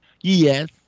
Yes